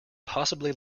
possibly